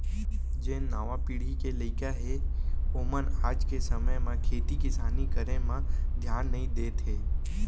जेन नावा पीढ़ी के लइका हें ओमन आज के समे म खेती किसानी करे म धियान नइ देत हें